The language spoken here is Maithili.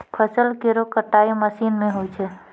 फसल केरो कटाई मसीन सें होय छै